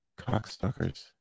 Cockstuckers